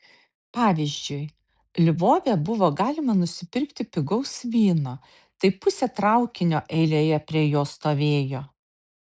pavyzdžiui lvove buvo galima nusipirkti pigaus vyno tai pusė traukinio eilėje prie jo stovėjo